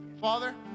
Father